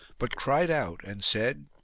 but cried out and said,